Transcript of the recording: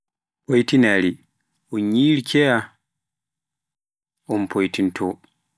Foutinari, un nyiri kenya un foytintoo